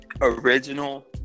original